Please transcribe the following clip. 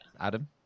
Adam